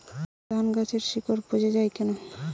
ধানগাছের শিকড় পচে য়ায় কেন?